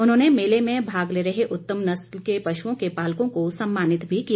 उन्होंने मेले में भाग ले रहे उत्तम नस्ल के पश्ञओं के पालकों को सम्मानित भी किया